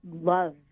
love